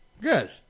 Good